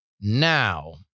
now